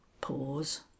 Pause